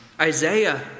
Isaiah